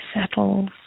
settles